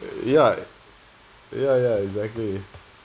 ya ya ya exactly